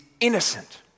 innocent